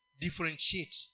differentiate